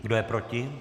Kdo je proti?